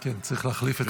כן, צריך להחליף את החוק.